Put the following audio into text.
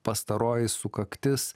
pastaroji sukaktis